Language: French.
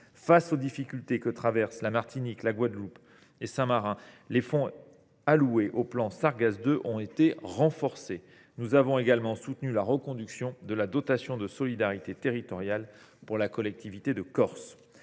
Face aux difficultés que traversent la Martinique, la Guadeloupe et Saint Martin, les fonds alloués au plan Sargasses II ont été renforcés. Nous avons également soutenu la reconduction de la dotation de solidarité territoriale pour la collectivité de Corse.